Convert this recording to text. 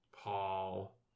Paul